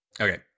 Okay